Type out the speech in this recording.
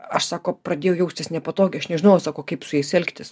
aš sako pradėjau jaustis nepatogiai aš nežinojau sako kaip su jais elgtis